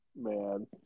man